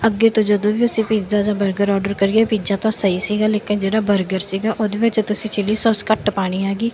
ਅੱਗੇ ਤੋਂ ਜਦੋਂ ਵੀ ਅਸੀਂ ਪੀਜ਼ਾ ਜਾਂ ਬਰਗਰ ਆਡਰ ਕਰੀਏ ਪੀਜ਼ਾ ਤਾਂ ਸਹੀ ਸੀਗਾ ਲੇਕਿਨ ਜਿਹੜਾ ਬਰਗਰ ਸੀਗਾ ਉਹਦੇ ਵਿੱਚ ਤੁਸੀਂ ਚਿੱਲੀ ਸਾਸ ਘੱਟ ਪਾਉਣੀ ਹੈਗੀ